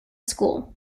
school